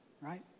Right